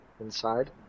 inside